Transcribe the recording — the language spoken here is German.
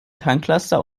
tanklaster